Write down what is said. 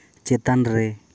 ᱪᱮᱛᱟᱱ ᱨᱮ